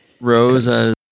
Rose